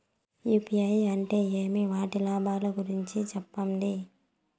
UPI అంటే ఏమి? వాటి లాభాల గురించి సెప్పండి?